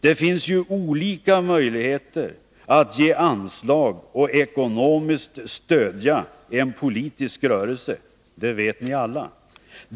Det finns ju olika möjligheter att ge anslag och ekonomiskt stödja en politisk rörelse — det vet ni alla.